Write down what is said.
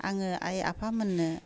आङो आइ आफामोननो